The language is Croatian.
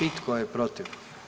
I tko je protiv?